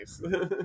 nice